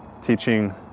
teaching